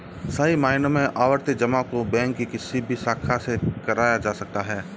सही मायनों में आवर्ती जमा को बैंक के किसी भी शाखा से कराया जा सकता है